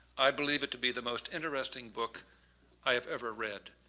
i believe it to be the most interesting book i have ever read.